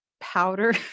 powder